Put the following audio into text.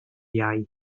iau